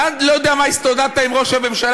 איך אתה, לא יודע מה הסתודדת עם ראש הממשלה.